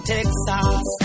Texas